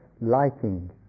liking